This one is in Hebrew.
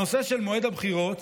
הנושא של מועד הבחירות,